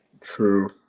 True